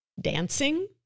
dancing